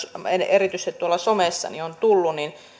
erityisesti tuolla somessa on tullut